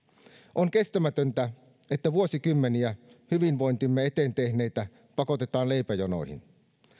on kestämätöntä että vuosikymmeniä hyvinvointimme eteen työtä tehneitä pakotetaan leipäjonoihin